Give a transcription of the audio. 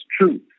truth